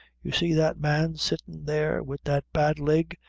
you see that man sittin' there wid that bad leg,